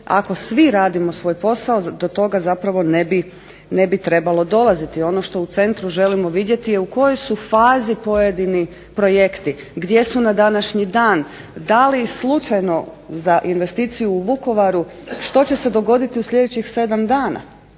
ako svi radimo svoj posao do toga zapravo ne bi trebalo dolaziti. Ono što u centru želimo vidjeti je u kojoj su fazi pojedini projekti, gdje su na današnji dan, da li slučajno za investiciju u Vukovaru što će se dogoditi u sljedećih 7 dana,